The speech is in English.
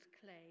claim